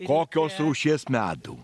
kokios rūšies medų